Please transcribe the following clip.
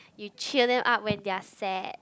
you cheer them up when they are sad